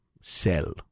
sell